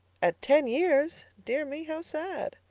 at ten years? dear me, how sad!